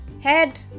head